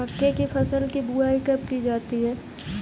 मक्के की फसल की बुआई कब की जाती है?